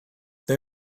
they